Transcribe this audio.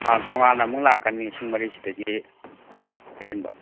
ꯑꯥ ꯇꯣꯡꯉꯥꯟꯅ ꯑꯃꯨꯛ ꯂꯥꯛꯀꯅꯤ ꯂꯤꯁꯤꯡ ꯃꯔꯤꯁꯤꯗꯒꯤ ꯑꯍꯦꯟꯕ